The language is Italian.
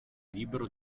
libero